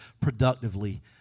productively